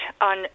on